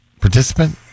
participant